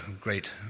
great